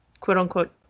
quote-unquote